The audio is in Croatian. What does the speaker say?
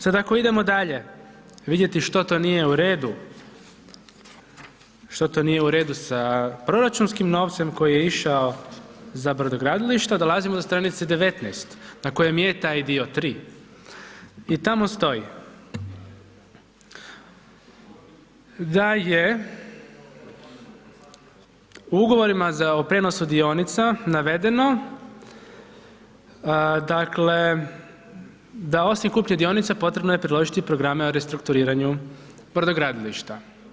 Sad ako idemo dalje vidjeti što to nije u redu, što to nije u redu sa proračunskim novcem koji je išao za brodogradilišta, dolazimo do str. 19. na kojem je taj dio 3. i tamo stoji da je u Ugovorima o prijenosu dionica navedeno, dakle, da osim kupnje dionica, potrebno je priložiti programe o restrukturiranju brodogradilišta.